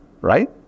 right